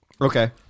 Okay